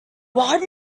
what